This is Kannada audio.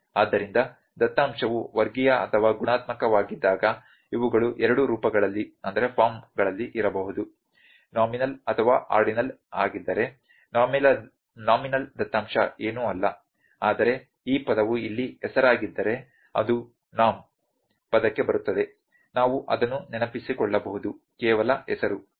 ಆದ್ದರಿಂದ ದತ್ತಾಂಶವು ವರ್ಗೀಯ ಅಥವಾ ಗುಣಾತ್ಮಕವಾಗಿದ್ದಾಗ ಇವುಗಳು ಎರಡು ರೂಪಗಳಲ್ಲಿ ಇರಬಹುದು ನೋಮಿನಲ್ ಅಥವಾ ಆರ್ಡಿನಲ್ ಆಗಿದ್ದರೆ ನೋಮಿನಲ್ ದತ್ತಾಂಶ ಏನೂ ಅಲ್ಲ ಆದರೆ ಈ ಪದವು ಇಲ್ಲಿ ಹೆಸರಾಗಿದ್ದರೆ ಅದು ನಾಮ್ ಪದಕ್ಕೆ ಬರುತ್ತದೆ ನಾವು ಅದನ್ನು ನೆನಪಿಸಿಕೊಳ್ಳಬಹುದು ಕೇವಲ ಹೆಸರು ಸರಿ